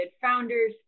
founders